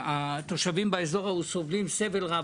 התושבים באזור ההוא סובלים סבל רב.